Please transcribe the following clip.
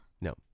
No